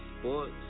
sports